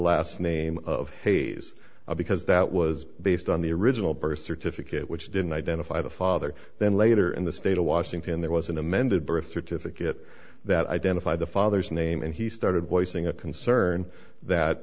name of hayes because that was based on the original birth certificate which didn't identify the father then later in the state of washington there was an amended birth certificate that identified the father's name and he started while using a concern that